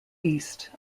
east